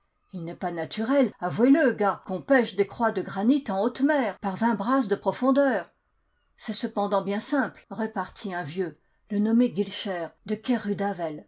il n'est pas naturel avouez-le gars qu'on pêche des croix de granit en haute mer par vingt brasses de pro fondeur c'est cependant bien simple repartit un vieux le nommé guilcher de